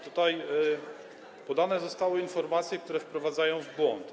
Tutaj podane zostały informacje, które wprowadzają w błąd.